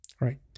Right